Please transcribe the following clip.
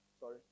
Sorry